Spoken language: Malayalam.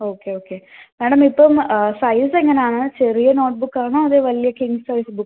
ഓക്കെ ഓക്കെ മാഡം ഇപ്പം സൈസെങ്ങനാണ് ചെറിയ നോട്ട് ബുക്കാണോ അതോ വലിയ കിംഗ് സൈസ് ബുക്ക്